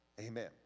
amen